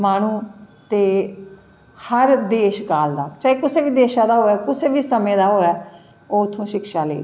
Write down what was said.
दा माह्नू ते हर देश काल दा चाहे कुसै बी देशा दा होऐ कुसै बी समें दा होऐ ओह् उत्थमां दा शिक्षा लेई सकदा ऐ